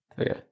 okay